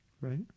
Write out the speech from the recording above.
Right